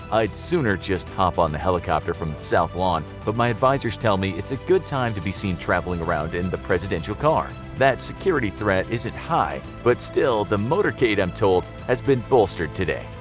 i'd sooner just hop on the helicopter from the south lawn, but my advisors tell me it's a good time to be seen travelling around in the presidential car. that security threat isn't high, but still, the motorcade i'm told has been bolstered today.